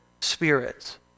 spirits